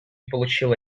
получило